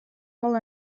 molt